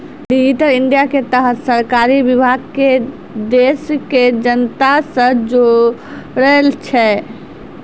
digital India के तहत सरकारी विभाग के देश के जनता से जोड़ै छै